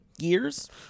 years